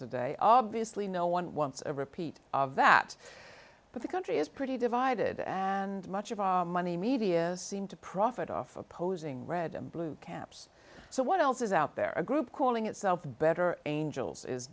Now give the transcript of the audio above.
today obviously no one wants a repeat of that but the country is pretty divided and much of our money media seem to profit off opposing red and blue caps so what else is out there a group calling itself the better angels is